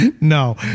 No